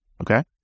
Okay